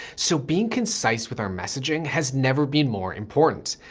so being concise with our messaging has never been more important.